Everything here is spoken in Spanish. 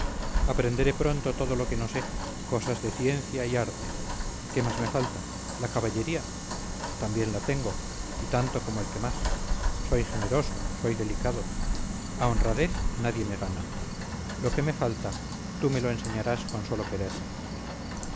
aprenderé pronto todo lo que no sé cosas de ciencia y arte qué más me falta la caballería también la tengo y tanto como el que más soy generoso soy delicado a honradez nadie me gana lo que me falta tú me lo enseñarás con sólo quererme